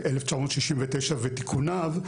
1969 ותיקוניו,